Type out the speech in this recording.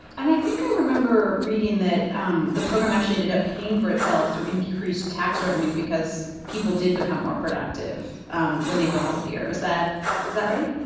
and i think i remember reading that um the program actually ended up paying for itself through increased tax revenue because people did become more productive um when they were healthier. is that is that right?